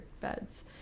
beds